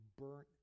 burnt